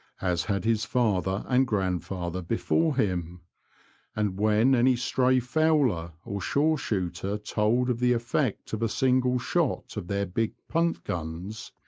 as had his father and grandfather before him and when any stray fowler or shore-shooter told of the effect of a single shot of their big punt-guns,